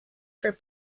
for